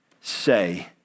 say